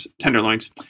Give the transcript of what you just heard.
tenderloins